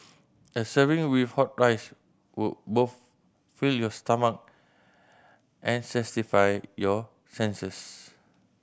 a serving with hot rice would both fill your stomach and your senses